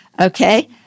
okay